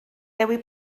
dewi